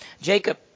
Jacob